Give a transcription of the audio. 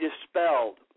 dispelled